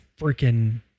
freaking